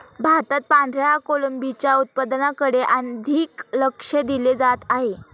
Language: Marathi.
भारतात पांढऱ्या कोळंबीच्या उत्पादनाकडे अधिक लक्ष दिले जात आहे